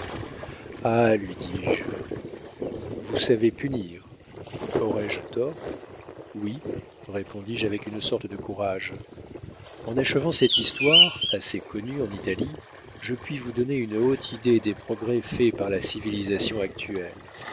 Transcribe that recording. ah lui dis-je vous savez punir aurais-je tort oui répondis-je avec une sorte de courage en achevant cette histoire assez connue en italie je puis vous donner une haute idée des progrès faits par la civilisation actuelle